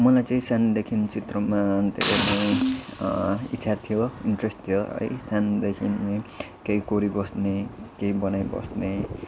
मलाई चाहिँ सानैदेखिन् चित्रमा धेरै नै इच्छा थियो इन्ट्रेस्ट थियो है सानैदेखि नै केही कोरिबस्ने केही बनाइबस्ने